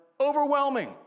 overwhelming